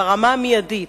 ברמה המיידית.